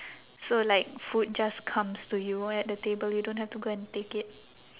so like food just comes to you at the table you don't have to go and take it